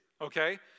okay